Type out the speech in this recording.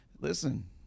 listen